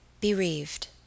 Bereaved